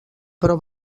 però